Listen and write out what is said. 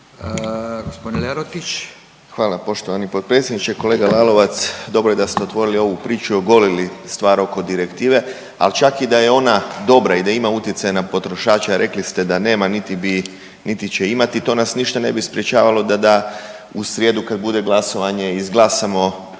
Hvala poštovani potpredsjedniče. Kolega Lalovac dobro je da ste otvorili ovu priču, ogolili stvar oko direktive. Ali čak i da je ona dobra i da ima utjecaj na potrošače rekli ste da nema, niti će imati to nas ništa ne bi sprječavalo da u srijedu kad bude glasovanje izglasamo